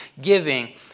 giving